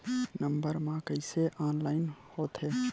Number मा कइसे online होथे?